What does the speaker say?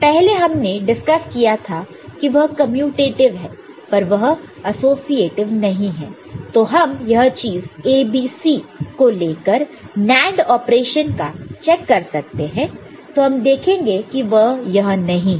पहले हमने डिस्कस किया था कि वह कमयुटेटिव है पर वह एसोसिएटीव नहीं है तो हम यह चीज ABC को लेकर NAND ऑपरेशन का चेक कर सकते हैं तो हम देखेंगे कि वह यह नहीं है